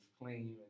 claim